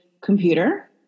computer